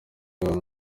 inzoga